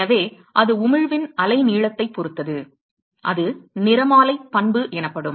எனவே அது உமிழ்வின் அலைநீளத்தைப் பொறுத்தது அது நிறமாலை பண்பு எனப்படும்